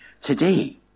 today